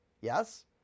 Yes